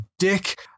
Dick